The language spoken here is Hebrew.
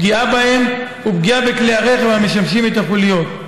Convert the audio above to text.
פגיעה בהם ופגיעה בכלי הרכב המשמשים את החוליות.